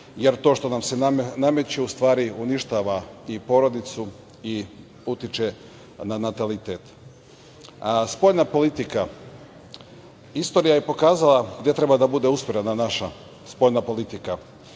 jer to što nam se nameće u stvari uništava i porodicu i utiče na natalitet. Spoljna politika, istorija je pokazala gde treba da bude usmerena naša spoljna politika.